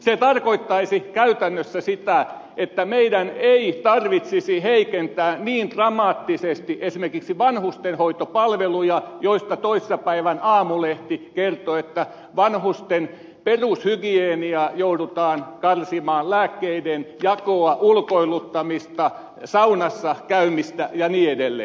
se tarkoittaisi käytännössä sitä että meidän ei tarvitsisi heikentää niin dramaattisesti esimerkiksi vanhustenhoitopalveluja joista toissapäivän aamulehti kertoi että vanhusten perushygieniaa joudutaan karsimaan lääkkeiden jakoa ulkoiluttamista saunassa käymistä ja niin edelleen